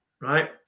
Right